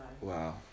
Wow